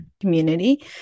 community